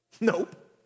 Nope